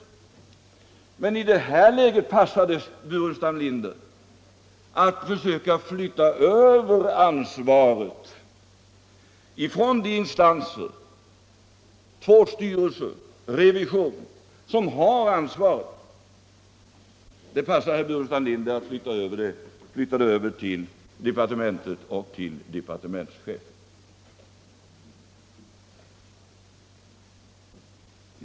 Men i det här läget passar det herr Burenstam Linder att försöka flytta över ansvaret från de instanser —- två styrelser och revisorer — som skall ha detta ansvar, till departementet och departementschefen.